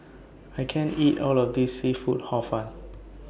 I can't eat All of This Seafood Hor Fun